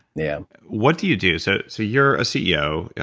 yeah what do you do? so, so you're a ceo.